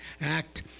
Act